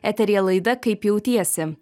eteryje laida kaip jautiesi